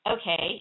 Okay